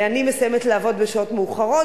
אני מסיימת לעבוד בשעות מאוחרות,